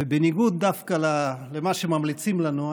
ודווקא בניגוד למה שממליצים לנו,